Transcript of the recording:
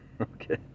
Okay